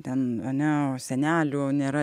ten ane senelių nėra